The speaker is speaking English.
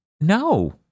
no